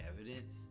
evidence